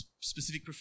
specific